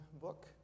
book